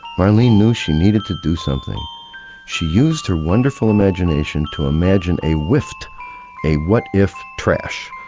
marlene knew she needed to do something she used her wonderful imagination to imagine a wift a what if trash.